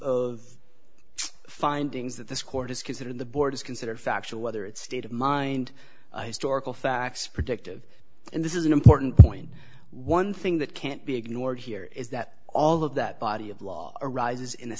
of findings that this court has considered the board is considered factual whether it's state of mind historical facts predictive and this is an important point one thing that can't be ignored here is that all of that body of law arises in a